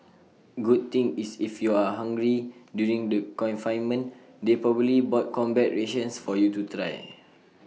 good thing is if you are hungry during the confinement they probably bought combat rations for you to try